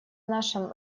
нашем